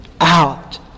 out